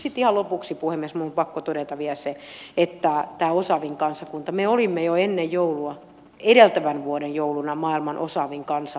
sitten ihan lopuksi puhemies minun on pakko todeta vielä tästä osaavimmasta kansakunnasta että me olimme jo ennen joulua edeltävän vuoden jouluna maailman osaavin kansa